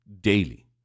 daily